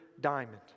diamond